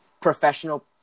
Professional